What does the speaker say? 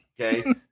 okay